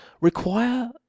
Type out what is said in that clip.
require